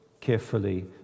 carefully